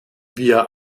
wir